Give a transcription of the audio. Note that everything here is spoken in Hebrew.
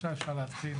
עכשיו אפשר להתחיל.